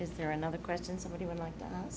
is there another question somebody would like t